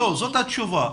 זאת התשובה,